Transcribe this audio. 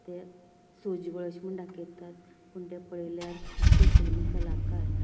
ते सोजवळ अशें म्हण दाखयतात पूण तें पळयल्यार खुबशे फिल्म कलाकार